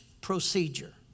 procedure